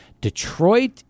Detroit